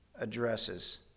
addresses